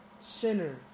sinner